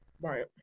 Right